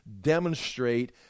demonstrate